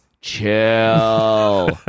chill